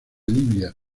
libia